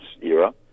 era